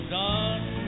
done